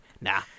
nah